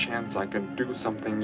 chance i can do something